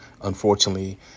unfortunately